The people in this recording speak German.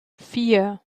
vier